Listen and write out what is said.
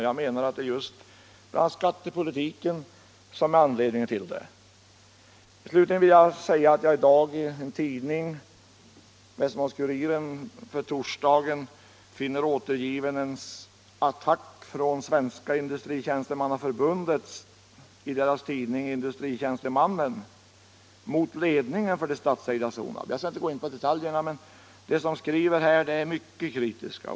Jag anser att skattepolitiken är anledningen till detta. I dagens nummer av Västerbottens-Kuriren återges en attack i Svenska industritjänstemannaförbundets tidning Industritjänstemannen mot ledningen för det statsägda Sonab. Jag skall inte gå in på detaljer, men den som skriver är mycket kritisk.